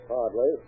Hardly